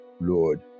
lord